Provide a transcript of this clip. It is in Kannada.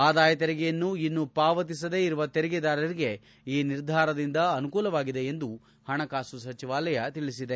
ಆದಾಯ ತೆರಿಗೆಯನ್ನು ಇನ್ನೂ ಪಾವತಿಸದೇ ಇರುವ ತೆರಿಗೆದಾರರಿಗೆ ಈ ನಿರ್ಧಾರದಿಂದ ಅನುಕೂಲವಾಗಿದೆ ಎಂದು ಹಣಕಾಸು ಸಚಿವಾಲಯ ತಿಳಿಸಿದೆ